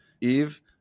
Eve